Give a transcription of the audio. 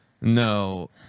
No